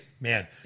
Man